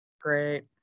Great